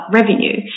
revenue